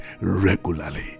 regularly